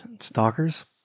Stalkers